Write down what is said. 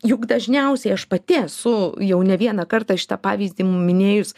juk dažniausiai aš pati esu jau ne vieną kartą šitą pavyzdį minėjus